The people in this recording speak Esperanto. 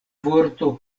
vorto